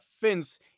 Fence